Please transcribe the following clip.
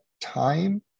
time